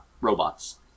robots